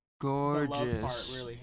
gorgeous